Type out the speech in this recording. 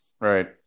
right